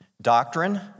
Doctrine